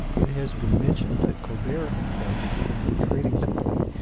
it has been mentioned that colbert had founded a new trading company,